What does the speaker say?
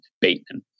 Bateman